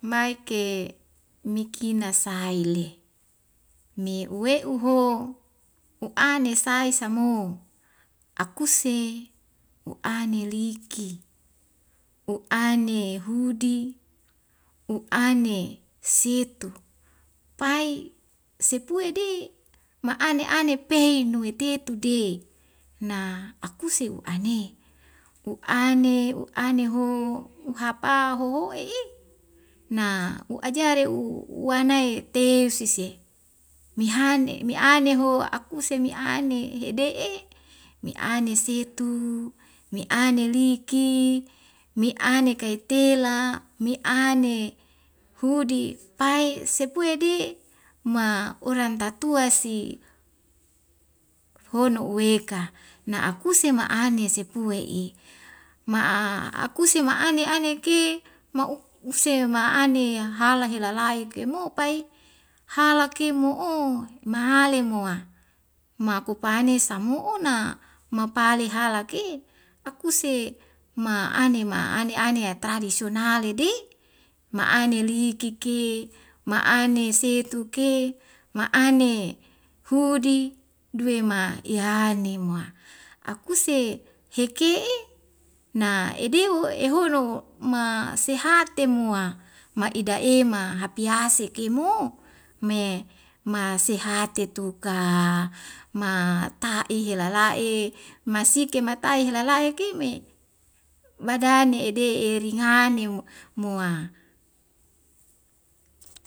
Maike mikina sai li mi uwe'u ho u'ane sae sa mo akuse u'ane liki u'ane hudi u'ane setu pai sepue de ma'ane ane pehi nuit tetude na akuse u'ane u'ane u'ane ho u'hapa hoho'e i na u ajare u uwanae te sis e mehane me'ane ho akuse me'ane hede'e me'ane setu me'ane liki me'ane kaitela me'ane hudi pai sepuye di ma oran tatua si hono uweka na akuse ma'ane sepue i ma a a akusi ma'ane ane ki ma'u se ma'ane hala helalai kemo pai halake mo'o mahale moa makupane samu'un na mapale halake akuse ma ane ma ane anea tradisionale di ma'ane likiki ma'ane setuke ma'ane hudi duwe ma yahane moa akuse heke'e na ediu ehono ma sehate moa ma ida ema hapiase kemo me ma sehate tetu ka ma ta'i helala'e masike matai helala'e ke me madane ne'ede eringhane mo moa